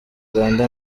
uganda